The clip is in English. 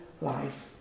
life